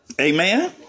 Amen